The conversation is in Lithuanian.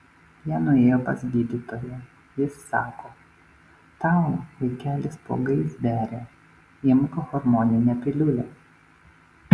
jie nuėjo pas gydytoją ji sako tau vaikeli spuogais beria imk hormoninę piliulę